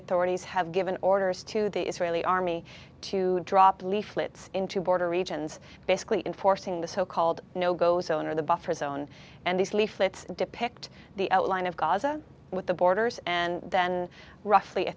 authorities have given orders to the israeli army to drop leaflets into border regions basically enforcing the so called no go zone or the buffer zone and these leaflets depict the outline of gaza with the borders and then roughly a